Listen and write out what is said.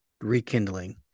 rekindling